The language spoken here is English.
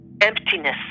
emptiness